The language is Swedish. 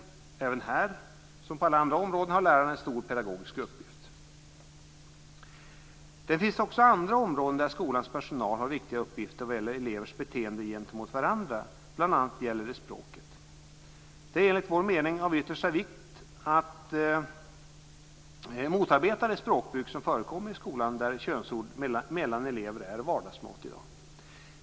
Såväl här som på alla andra områden har lärarna en stor pedagogisk uppgift. Det finns också andra områden där skolans personal har viktiga uppgifter vad gäller elevers beteenden gentemot varandra, bl.a. gäller det språket. Det är enligt vår mening av yttersta vikt att motarbeta det språkbruk som förekommer i skolan, där könsord mellan elever är vardagsmat i dag.